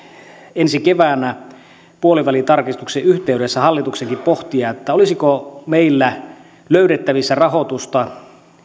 ensi keväänä puolivälitarkistuksen yhteydessä hallituksenkin pohtia olisiko meillä löydettävissä rahoitusta